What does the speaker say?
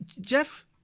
Jeff